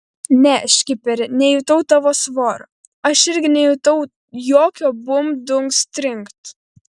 ne škiperi nejutau tavo svorio aš irgi nejutau jokio bumbt dunkst trinkt